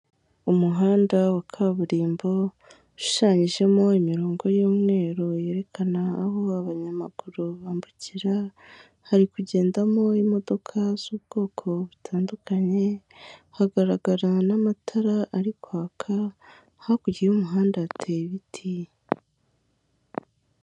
Umuhanda wa kaburimbo ushushanyijemo imirongo y'umweru yerekana aho abanyamaguru bambukira, hari kugendamo imodoka z'ubwoko butandukanye, hagaragara n'amatara ari kwaka hakurya y'umuhanda hateye ibiti.